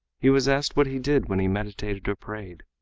he was asked what he did when he meditated or prayed.